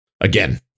Again